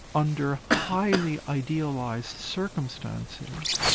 under highly idealised circumstances,